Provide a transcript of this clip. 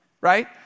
Right